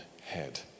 head